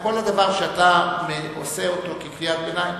כל הדבר שאתה עושה כקריאת ביניים,